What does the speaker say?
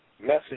message